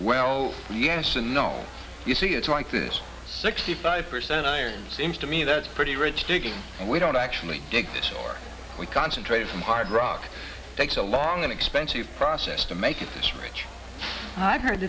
well yes and no you see it's like this sixty five percent iron seems to me that's pretty rich digging and we don't actually dig this are we concentrated from hard rock takes a long and expensive process to make it this rich i've heard